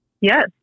Yes